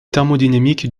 thermodynamique